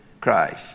Christ